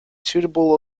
suitable